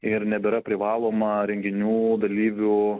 ir nebėra privaloma renginių dalyvių